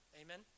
Amen